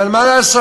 אבל מה לעשות,